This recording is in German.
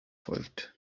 folgt